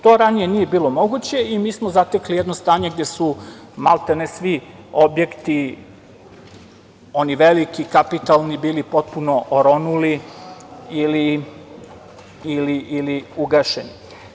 To ranije nije bilo moguće i mi smo zatekli jedno stanje gde su maltene svi objekti, oni veliki, kapitalni bili potpuno oronuli ili ugašeni.